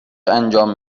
انجام